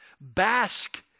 bask